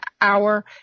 hour